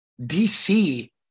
DC